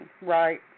Right